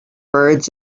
birds